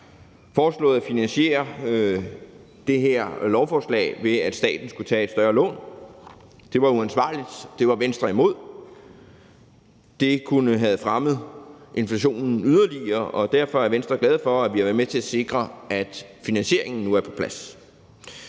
foreslået at finansiere det her lovforslag, ved at staten skulle tage et større lån. Det var uansvarligt, det var Venstre imod, for det kunne have fremmet inflationen yderligere, og derfor er Venstre glade for, at vi har været med til at sikre, at finansieringen nu er på plads.